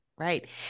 Right